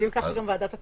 ועדת הקורונה,